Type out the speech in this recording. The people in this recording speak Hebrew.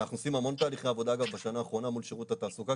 ואנחנו עושים המון תהליכי עבודה גם בשנה האחרונה מול שירות התעסוקה,